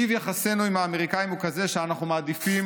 טיב יחסינו עם האמריקנים הוא כזה שאנחנו מעדיפים